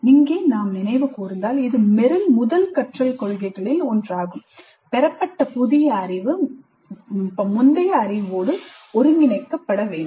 இங்கே நாம் நினைவு கூர்ந்தால் இது Merrill முதல் கற்றல் கொள்கைகளில் ஒன்றாகும் பெறப்பட்ட புதிய அறிவு முந்தைய அறிவோடு ஒருங்கிணைக்கப்பட வேண்டும்